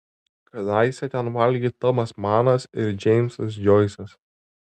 kadaise ten valgė tomas manas ir džeimsas džoisas